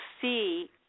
see